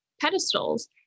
pedestals